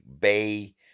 Bay